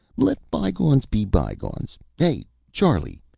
let bygones be bygones. hey, charlie!